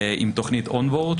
עם תכנית Onward,